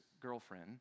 girlfriend